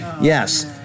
Yes